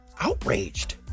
outraged